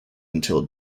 until